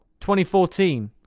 2014